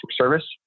service